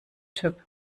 typ